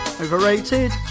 Overrated